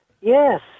Yes